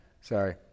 sorry